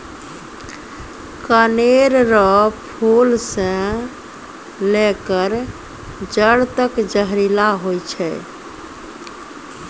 कनेर रो फूल से लेकर जड़ तक जहरीला होय छै